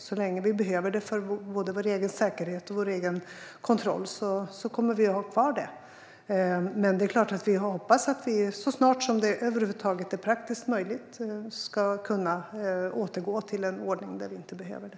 Så länge vi behöver det för både vår egen säkerhet och vår egen kontroll kommer vi att ha det kvar, men det är klart att vi hoppas att vi så snart som det över huvud taget är praktiskt möjligt ska kunna återgå till en ordning där vi inte behöver det.